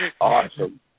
awesome